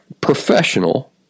professional